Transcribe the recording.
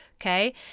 okay